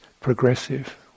progressive